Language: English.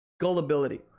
gullibility